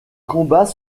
combats